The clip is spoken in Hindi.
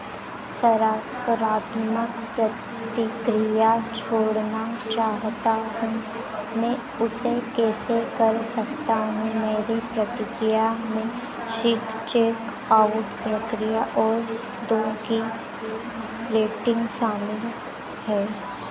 सकारात्मक प्रतिक्रिया छोड़ना चाहता हूँ मैं उसे कैसे कर सकता हूँ मेरी प्रतिक्रिया में शीघ्र चेकआउट प्रक्रिया और दो की रेटिंग शामिल है